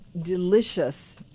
delicious